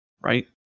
right